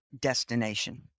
destination